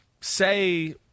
Say